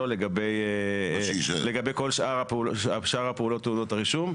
לגבי כל שאר הפעולות טעונות הרישום,